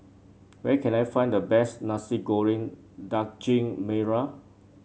where can I find the best Nasi Goreng Daging Merah